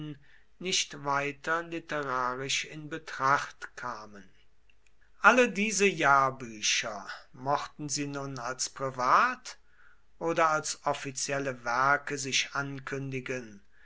nicht weiter literarisch in betracht kamen alle diese jahrbücher mochten sie nun als privat oder als offizielle werke sich ankündigen